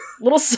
little